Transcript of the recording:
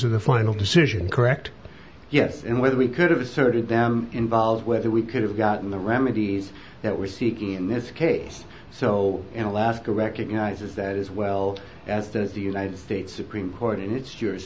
of the final decision correct yes and whether we could have asserted them involved whether we could have gotten the remedies that were seeking in this case so in alaska recognizes that as well as the united states supreme court it's yours